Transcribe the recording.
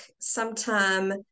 sometime